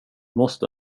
måste